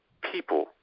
people –